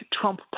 Trump